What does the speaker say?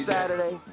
Saturday